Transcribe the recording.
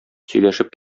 сөйләшеп